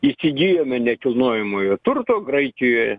įsigijome nekilnojamojo turto graikijoje